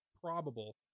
probable